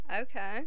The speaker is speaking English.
Okay